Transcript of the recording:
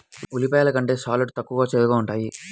ఉల్లిపాయలు కంటే షాలోట్ తక్కువ చేదుగా ఉంటాయి